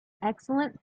excellent